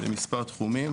במספר תחומים.